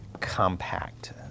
compact